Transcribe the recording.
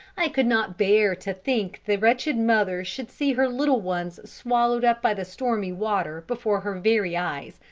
i could not bear to think the wretched mother should see her little ones swallowed up by the stormy water, before her very eyes,